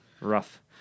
rough